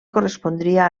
correspondria